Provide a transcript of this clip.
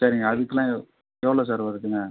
சரிங்க அதுக்கெலாம் எவ் எவ்வளோ சார் வருதுங்க